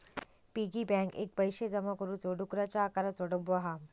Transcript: piggy bank एक पैशे जमा करुचो डुकराच्या आकाराचो डब्बो हा